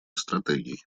стратегий